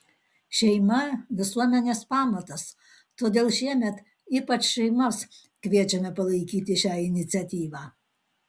šeima visuomenės pamatas todėl šiemet ypač šeimas kviečiame palaikyti šią iniciatyvą